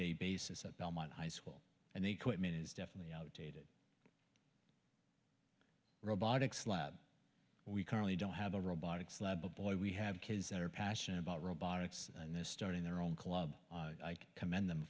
day basis at belmont high school and the equipment is definitely out robotics lab we currently don't have a robotics lab but boy we have kids that are passionate about robotics and they're starting their own club i commend them